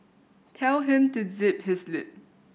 tell him to zip his lip